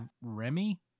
Remy